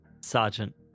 Sergeant